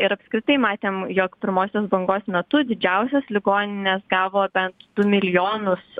ir apskritai matėm jog pirmosios bangos metu didžiausios ligoninės gavo bent du milijonus